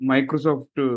Microsoft